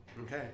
Okay